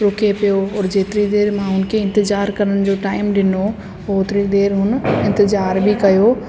रुके पियो और जेतिरी देरि मां उन खे इंतिज़ारु करण जो टाइम ॾिनो हुओ ओतिरी देरि उन इंतिज़ार बि कयो